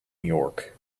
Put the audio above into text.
york